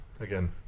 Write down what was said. again